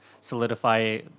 solidify